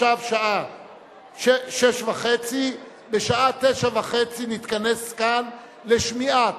עכשיו השעה 18:30. בשעה 21:30 נתכנס כאן לשמיעת